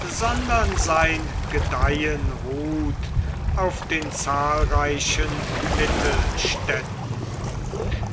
sondern sein gedeihen ruht auf den zahlreichen mittelstädten